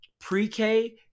Pre-K